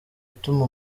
ituma